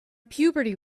puberty